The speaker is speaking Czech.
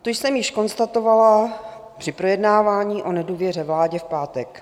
To jsem již konstatovala při projednávání o nedůvěře vládě v pátek.